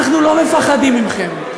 אנחנו לא מפחדים מכם.